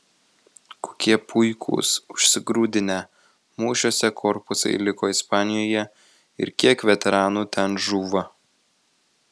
kokie puikūs užsigrūdinę mūšiuose korpusai liko ispanijoje ir kiek veteranų ten žūva